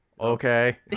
Okay